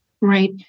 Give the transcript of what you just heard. right